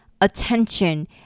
attention